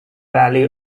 value